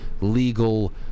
legal